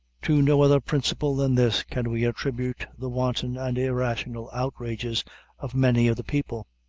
to no other principle than this can we attribute the wanton and irrational outrages of many of the people.